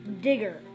Digger